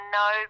no